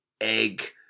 egg